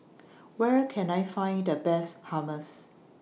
Where Can I Find The Best Hummus